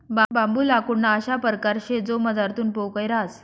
बांबू लाकूडना अशा परकार शे जो मझारथून पोकय रहास